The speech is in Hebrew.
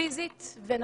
פיזית ונפשית.